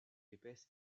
épaisse